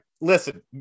listen